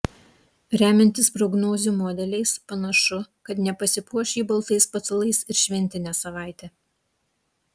remiantis prognozių modeliais panašu kad nepasipuoš ji baltais patalais ir šventinę savaitę